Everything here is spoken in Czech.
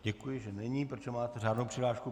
Děkuji, že není, protože máte řádnou přihlášku.